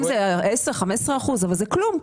15-10 אחוזים אבל זה כלום.